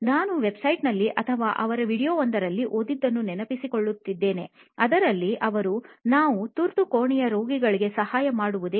ನಾನು ವೆಬ್ಸೈಟ್ ನಲ್ಲಿ ಅಥವಾ ಅವರ ವೀಡಿಯೊವೊಂದರಲ್ಲಿ ಓದಿದ್ದನ್ನು ನೆನಪಿಸಿಕೊಳ್ಳುತ್ತಿದ್ದೇನೆ ಅದರಲ್ಲಿ ಅವರು 'ನಾವು ತುರ್ತು ಕೋಣೆಯ ರೋಗಿಗಳಿಗೆ ಸಹಾಯ ಮಾಡುವುದೇ